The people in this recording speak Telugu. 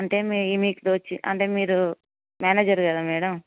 అంటే మే మీకు తో అంటే మీరు మేనేజర్ కదా మేడమ్